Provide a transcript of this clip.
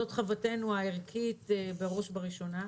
זאת חובתנו הערכית בראש וראשונה.